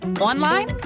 Online